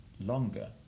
longer